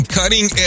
cutting